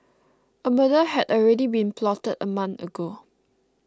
a murder had already been plotted a month ago